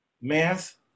math